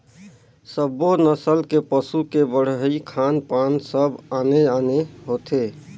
सब्बो नसल के पसू के बड़हई, खान पान सब आने आने होथे